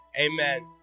Amen